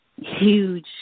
Huge